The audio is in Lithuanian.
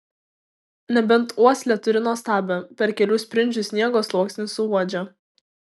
nebent uoslę turi nuostabią per kelių sprindžių sniego sluoksnį suuodžia